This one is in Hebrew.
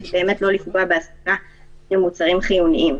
שבאמת לא יפגע בהשגת מוצרים חיוניים.